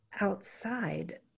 outside